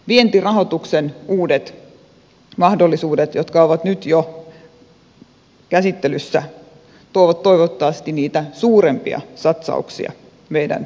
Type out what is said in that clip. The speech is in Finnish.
vientirahoituksen uudet mahdollisuudet jotka ovat nyt jo käsittelyssä tuovat toivottavasti niitä suurempia satsauksia meidän vientiteollisuudellemme